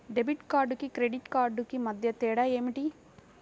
Debit కార్డుకు credit credit కార్డుకు మధ్య తేడా ఏమిటీ?